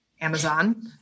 Amazon